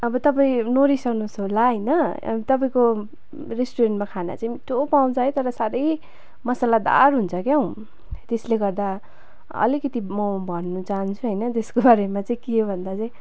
अब तपाईँ नोरिसाउनुहोस् होला होइन अब तपाईँको रेस्टुरेन्टमा खाना चाहिँ मिठ्ठो पाउँछ है तर साह्रै मसालादार हुन्छ क्यौ त्यसले गर्दा अलिकिति म भन्नु चाहन्छु होइन त्यसको बारेमा चाहिँ के भन्दा चाहिँ